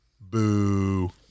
Boo